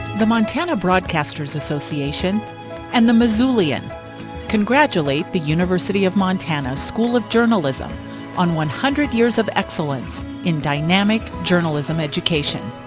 the montana broadcasters association and the missoulian congratulate the university of montana school of journalism on one hundred years of excellence in dynamic journalism education.